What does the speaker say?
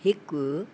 हिकु